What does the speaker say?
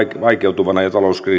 vaikeutuvana ja